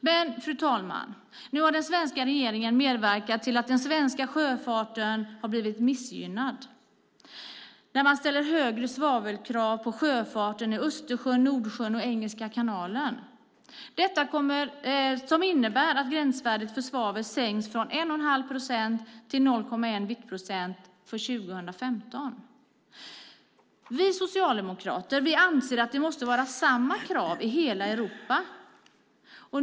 Men, fru talman, nu har den svenska regeringen medverkat till att den svenska sjöfarten har blivit missgynnad när man ställer högre svavelkrav på sjöfarten i Östersjön, Nordsjön och Engelska kanalen som innebär att gränsvärdet för svavel sänks från 1 1⁄2 procent till 0,1 viktprocent för 2015. Vi socialdemokrater anser att det måste vara samma krav i hela Europa.